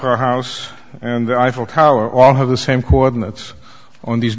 pera house and the eiffel tower all have the same coordinates on these